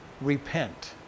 Repent